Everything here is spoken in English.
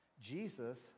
Jesus